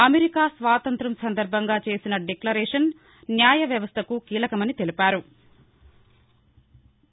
America స్వాతంత్ర్యం సందర్భంగా చేసిన డిక్లరేషన్ న్యాయవ్యవస్థకు కీలకమని తెలిపారు